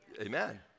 Amen